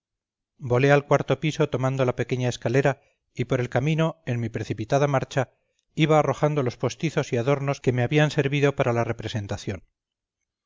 volé al cuarto piso tomando la pequeña escalera y por el camino en mi precipitada marcha iba arrojando los postizos y adornos que me habían servido para la representación